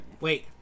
Wait